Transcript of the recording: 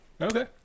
Okay